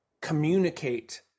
communicate